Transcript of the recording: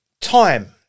Time